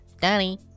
Daddy